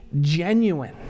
genuine